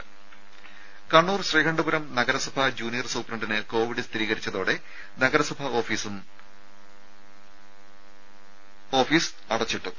രുമ കണ്ണൂർ ശ്രീകണ്ഠപുരം നഗരസഭ ജൂനിയർ സൂപ്രണ്ടിന് കോവിഡ് സ്ഥിരീകരിച്ചതോടെ നഗരസഭ ഓഫീസും നഗരവും അടച്ചിട്ടു